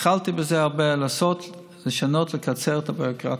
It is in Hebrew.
התחלתי בזה הרבה, לשנות ולקצר את הביורוקרטיה.